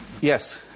yes